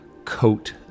coat